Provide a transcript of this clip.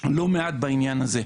לא מעט בעניין הזה.